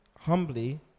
humbly